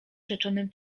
rzeczonym